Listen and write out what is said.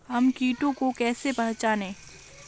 हम कीटों को कैसे पहचाने?